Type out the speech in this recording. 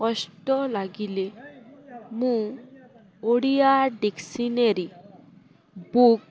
କଷ୍ଟ ଲାଗିଲେ ମୁଁ ଓଡ଼ିଆ ଡିକ୍ସନେରୀ ବୁକ୍